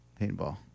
paintball